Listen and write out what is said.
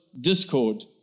discord